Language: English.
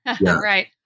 right